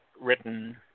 written